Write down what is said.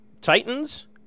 Titans